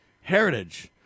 heritage